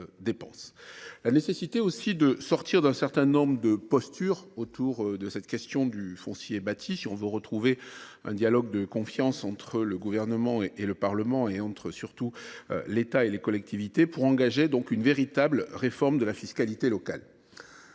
la nécessité de sortir d’un certain nombre de postures autour de la question du foncier bâti si l’on veut retrouver un dialogue de confiance entre le Gouvernement et le Parlement et, surtout, entre l’État et les collectivités pour engager une véritable réforme de la fiscalité locale.